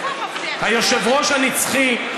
היושב-ראש הנצחי,